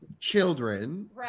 children